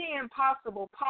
impossible